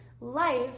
Life